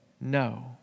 no